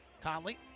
Conley